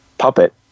Puppet